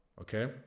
okay